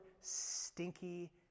stinky